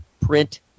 Print